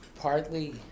Partly